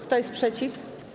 Kto jest przeciw?